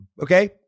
okay